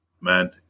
man